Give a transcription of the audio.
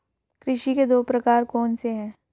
कृषि के दो प्रकार कौन से हैं?